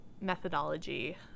methodology